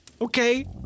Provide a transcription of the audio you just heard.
okay